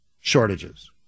shortages